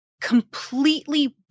completely